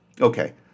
Okay